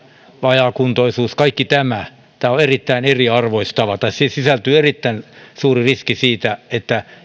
vajaakuntoisuus kaikki tämä tämä on erittäin eriarvoistavaa siihen sisältyy erittäin suuri riski siitä että